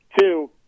Two